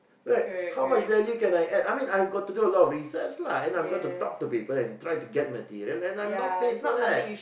right how much value can I add I mean I got to do a lot of research lah and I got to talk to people and try to get materials and I'm not paid for that